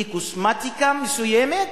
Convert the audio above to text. היא קוסמטיקה מסוימת,